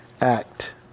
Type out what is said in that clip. act